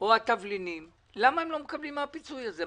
והתבלינים לא מקבלים מהפיצוי הזה?